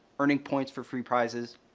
earning points for free prizes,